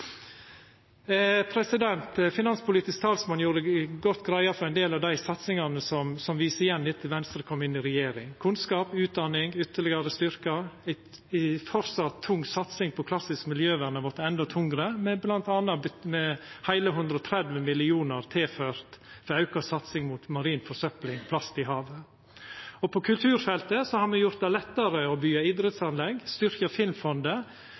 Finanspolitisk talsmann gjorde godt greie for ein del av dei satsingane som me igjen ser etter at Venstre kom inn i regjering: Kunnskap og utdanning er ytterlegare styrkte, ei framleis tung satsing på klassisk miljøvern har vorte endå tyngre, bl.a. med heile 130 mill. kr tilført ei auka satsing mot marin forsøpling og plast i havet, og på kulturfeltet har me gjort det lettare å byggja